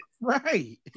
right